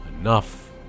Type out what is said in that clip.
enough